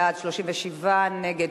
37 בעד, שבעה נגד.